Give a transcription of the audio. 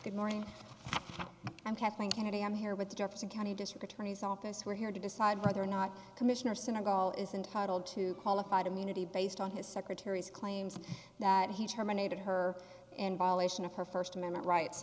good morning i'm kathleen kennedy i'm here with the jefferson county district attorney's office we're here to decide whether or not commissioner senegal is entitle to qualified immunity based on his secretary's claims that he terminated her involvement of her first amendment rights